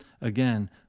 Again